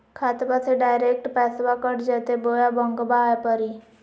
खाताबा से डायरेक्ट पैसबा कट जयते बोया बंकबा आए परी?